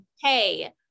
Hey